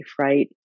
right